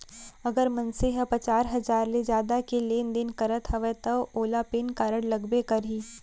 अगर मनसे ह पचार हजार ले जादा के लेन देन करत हवय तव ओला पेन कारड लगबे करही